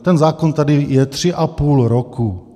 Ten zákon tady je tři a půl roku.